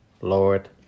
Lord